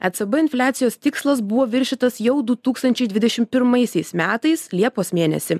ecb infliacijos tikslas buvo viršytas jau du tūkstančiai dvidešim pirmaisiais liepos mėnesį